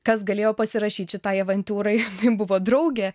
kas galėjo pasirašyt šitai avantiūrai buvo draugė